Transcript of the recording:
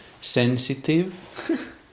sensitive